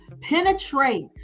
penetrate